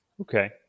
Okay